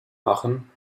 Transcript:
machen